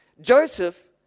Joseph